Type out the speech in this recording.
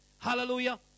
Hallelujah